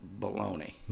baloney